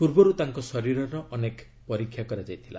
ପୂର୍ବରୁ ତାଙ୍କ ଶରୀରର ଅନେକ ପରୀକ୍ଷା କରାଯାଇଥିଲା